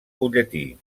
butlletí